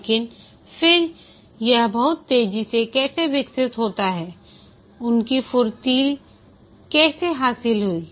लेकिन फिर यह बहुत तेजी से कैसे विकसित होता है उनकी फुर्ती कैसे हासिल हुई